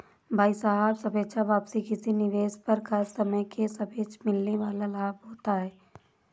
भाई साहब सापेक्ष वापसी किसी निवेश पर खास समय के सापेक्ष मिलने वाल लाभ होता है